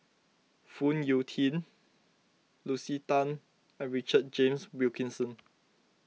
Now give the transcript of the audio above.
Phoon Yew Tien Lucy Tan and Richard James Wilkinson